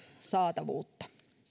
saatavuutta